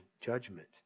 judgment